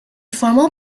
former